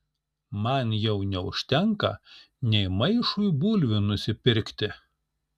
man jau neužtenka nė maišui bulvių nusipirkti